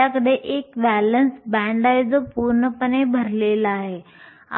आपल्याकडे एक valence band आहे जो पूर्णपणे भरलेला आहे